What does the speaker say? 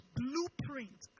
blueprint